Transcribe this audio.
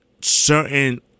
certain